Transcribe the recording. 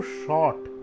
short